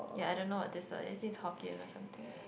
ya I don't know what this word is it seems hokkien or something